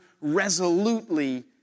resolutely